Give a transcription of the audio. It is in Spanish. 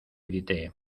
grité